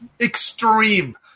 extreme